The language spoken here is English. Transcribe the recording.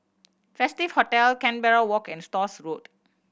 Festive Hotel Canberra Walk and Stores Road